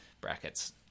brackets